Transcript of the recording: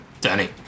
Danny